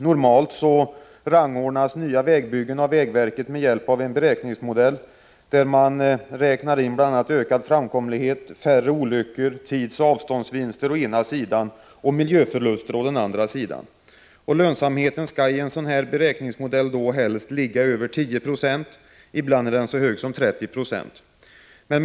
Normalt rangordnas nya vägbyggen av vägverket med hjälp av en beräkningsmodell, där man räknar in bl.a. ökad framkomlighet, färre olyckor, tidsoch avståndsvinster, å ena sidan, och miljöförluster, å andra sidan. Lönsamheten skall i en sådan beräkningsmodell helst ligga över 10 90; ibland är den så hög som 30 96.